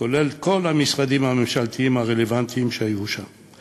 כולל כל המשרדים הממשלתיים הרלוונטיים שהיו שם.